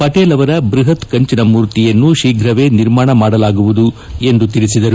ಪಟೇಲ್ ಅವರ ಬ್ಬಹತ್ ಕಂಚಿನ ಮೂರ್ತಿಯನ್ನು ತೀಪ್ರವೇ ನಿರ್ಮಾಣಮಾಡಲಾಗುವುದು ಎಂದು ತಿಳಸಿದರು